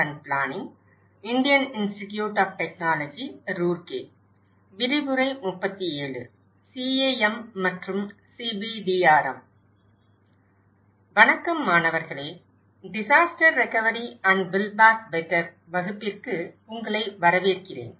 எனது பெயர் ராம் சதீஷ் நான் ஐஐடி ரூர்கேயில் கட்டிடக்கலை மற்றும் திட்டமிடல் துறை உதவி பேராசிரியராக உள்ளேன்